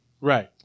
right